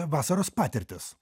vasaros patirtis